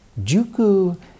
Juku